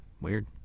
weird